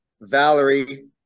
Valerie